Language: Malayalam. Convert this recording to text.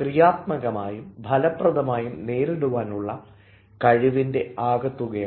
ക്രിയാത്മകമായും ഫലപ്രദമായും നേരിടുവാനുമുള്ള കഴിവിൻറെയും ആകെത്തുകയാണ്